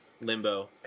Limbo